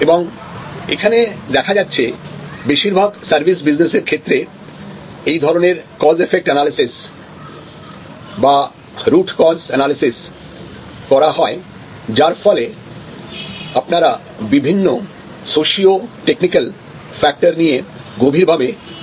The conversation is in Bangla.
এবং এখানে দেখা যাচ্ছে বেশিরভাগ সার্ভিস বিজনেস এর ক্ষেত্রে এই ধরনের কজ এফেক্ট অ্যানালিসিস বা রুট কজ অ্যানালিসিস করা হয় যার ফলে আপনারা বিভিন্ন সোসিও টেকনিকাল ফ্যাক্টর নিয়ে গভীর ভাবে অনুসন্ধান করতে পারেন